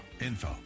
info